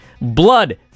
Blood